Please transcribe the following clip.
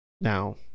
Now